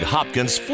Hopkins